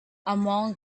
among